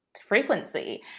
frequency